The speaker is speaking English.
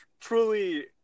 truly